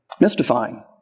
Mystifying